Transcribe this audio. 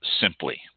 Simply